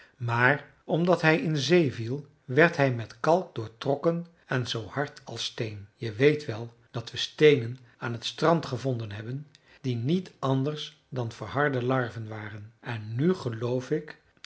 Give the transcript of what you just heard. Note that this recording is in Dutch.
maar omdat hij in zee viel werd hij met kalk doortrokken en zoo hard als steen je weet wel dat we steenen aan t strand gevonden hebben die niet anders dan verharde larven waren en nu geloof ik